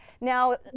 Now